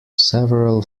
several